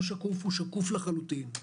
לא שקוף - הוא שקוף לחלוטין.